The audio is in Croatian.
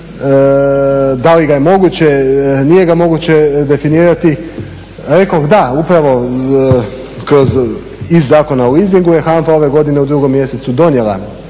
da li ga je moguće, nije ga moguće definirati. Rekoh da, upravo iz Zakona o leasingu je HANFA ove godine u 2. mjesecu donijela